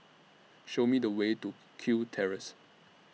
Show Me The Way to Kew Terrace